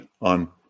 on